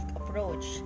approach